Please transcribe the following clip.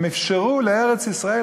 הם אפשרו לארץ-ישראל,